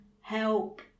help